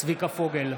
צביקה פוגל,